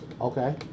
Okay